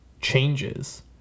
changes